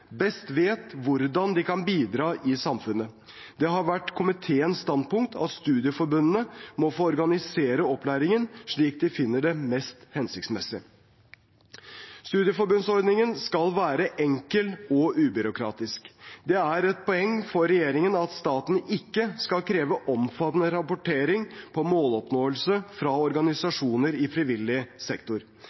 best vet hvordan de kan bidra i samfunnet. Det har vært komiteens standpunkt at studieforbundene må få organisere opplæringen slik de finner det mest hensiktsmessig. Studieforbundsordningen skal være enkel og ubyråkratisk. Det er et poeng for regjeringen at staten ikke skal kreve omfattende rapportering på måloppnåelse fra organisasjoner i frivillig sektor.